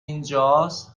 اینجاست